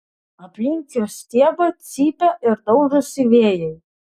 aplink jo stiebą cypia ir daužosi vėjai